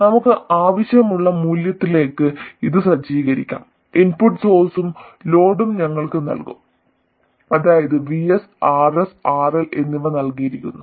നമുക്ക് ആവശ്യമുള്ള മൂല്യത്തിലേക്ക് ഇത് സജ്ജീകരിക്കാം ഇൻപുട്ട് സോഴ്സും ലോഡും ഞങ്ങൾക്ക് നൽകും അതായത് VS RS RL എന്നിവ നൽകിയിരിക്കുന്നു